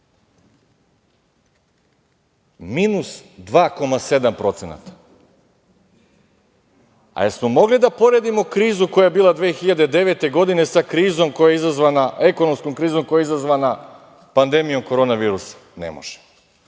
Minus 2,7%. A, jesmo li mogli da poredimo krizu koja je bila 2009. godine sa ekonomskom krizom koja je izazvana pandemijom korona virusa? Ne možemo.